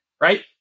right